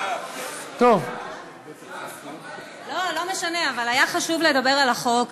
לא משנה, אבל היה חשוב לדבר על החוק.